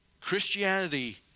Christianity